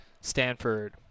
Stanford